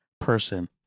person